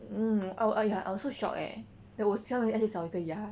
um I wa~ !haiya! I was so shocked eh then 我知道他们少一个牙